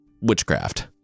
witchcraft